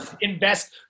invest